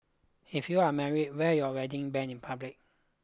if you're married wear your wedding band in public